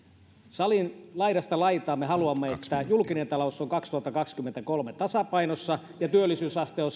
salin laidasta laitaan me haluamme että julkinen talous on kaksituhattakaksikymmentäkolme tasapainossa ja työllisyysaste on